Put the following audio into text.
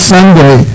Sunday